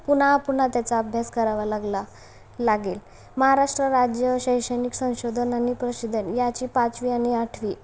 पुन्हा पुन्हा त्याचा अभ्यास करावा लागला लागेल महाराष्ट्र राज्य शैक्षणिक संशोधन आणि प्रशोधन याची पाचवी आणि आठवी